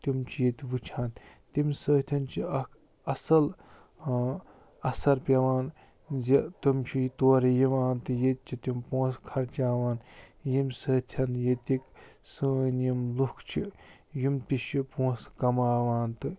تِم چھِ ییٚتہِ وُچھان تَمہٕ سۭتٮ۪ن چھُ اکھ اَصٕل اَثر پٮ۪وان زِ تِم چھِ تورٕ یِوان تہٕ ییٚتہِ چھِ تِم پۄنٛسہٕ خرچاوان ییٚمہٕ سۭتٮ۪ن ییٚتِکۍ سٲنۍ یِم لُکھ چھِ یِم تہِ چھِ پۄنٛسہٕ کَماوان تہٕ